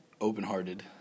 Open-hearted